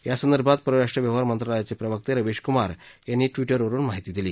यासंदर्भात परराष्ट्र व्यवहार मंत्रालयाचे प्रवक्ते रविश कुमार यांनी ट्विटरवरून माहिती दिली